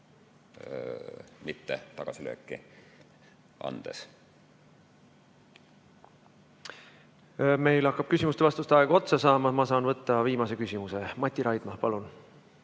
mitte tagasilööki andes. Meil hakkab küsimuste-vastuste aeg otsa saama. Ma saan võtta viimase küsimuse. Mati Raidma, palun!